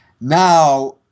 Now